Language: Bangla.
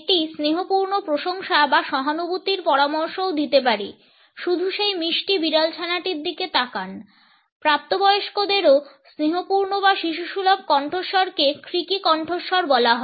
এটি স্নেহপূর্ণ প্রশংসা বা সহানুভূতির পরামর্শও দিতে পারে শুধু সেই মিষ্টি বিড়ালছানাটির দিকে তাকান প্রাপ্তবয়স্কদেরও স্নেহপূর্ণ বা শিশুসুলভ কণ্ঠস্বরকে ক্রেকি কণ্ঠস্বর বলা হয়